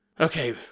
Okay